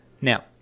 now